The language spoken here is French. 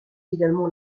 également